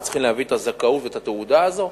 וצריכים להביא את הזכאות ואת התעודה הזו.